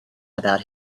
about